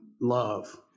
love